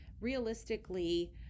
realistically